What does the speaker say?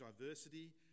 diversity